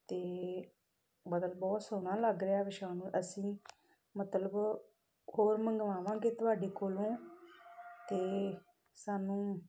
ਅਤੇ ਮਤਲਬ ਬਹੁਤ ਸੋਹਣਾ ਲੱਗ ਰਿਹਾ ਵਿਛਾਉਣ ਨੂੰ ਅਸੀਂ ਮਤਲਬ ਹੋਰ ਮੰਗਵਾਵਾਂਗੇ ਤੁਹਾਡੇ ਕੋਲੋਂ ਅਤੇ ਸਾਨੂੰ